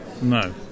No